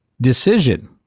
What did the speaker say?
decision